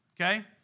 Okay